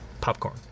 popcorn